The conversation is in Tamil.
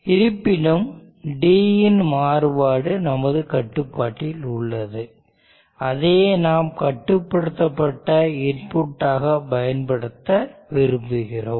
இருப்பினும் d இன் மாறுபாடு நமது கட்டுப்பாட்டில் உள்ளது அதையே நாம் கட்டுப்படுத்தப்பட்ட இன்புட் ஆக பயன்படுத்த விரும்புகிறோம்